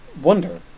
wonder